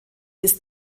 bis